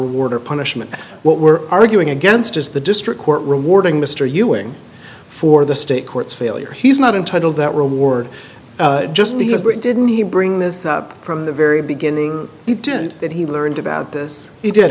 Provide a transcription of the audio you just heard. reward or punishment what we're arguing against is the district court rewarding mr ewing for the state courts failure he's not entitled that reward just because they didn't he bring this up from the very beginning he did it he learned about this he did